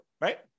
right